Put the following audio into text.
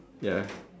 ya